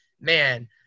Man